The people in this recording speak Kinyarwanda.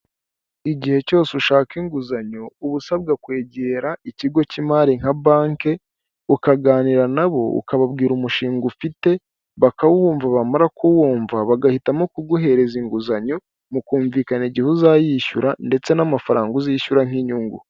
Igihe cyose ushaka inguzanyo uba usabwa kwegera ikigo cy'imari nka banke, ukaganira na bo ukababwira umushinga ufite bakawumva bamara kuwumva bagahitamo kuguhereza inguzanyo mukumvikana igihe uzayishyura ndetse n'amafaranga uzishyura nk'inyungu.